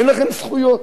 אין לכם זכויות.